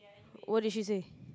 what did she say